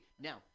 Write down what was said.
now